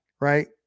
right